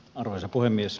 arvoisa puhemies